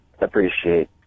appreciate